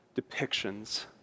depictions